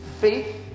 faith